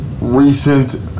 recent